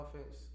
offense